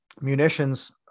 munitions